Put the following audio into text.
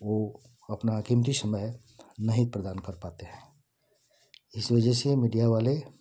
वो अपना कीमती समय नहीं प्रदान कर पाते हैं इस वजह से वो मिडिया वाले